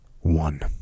one